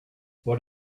what